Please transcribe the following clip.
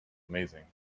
amazing